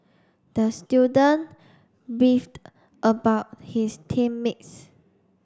the student beefed about his team mates